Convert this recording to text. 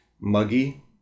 muggy